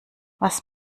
was